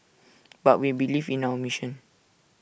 but we believe in our mission